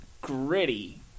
gritty